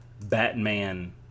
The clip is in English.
batman